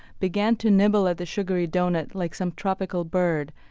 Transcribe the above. began to nibble at the sugary doughnut like some tropical bird,